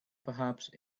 perhaps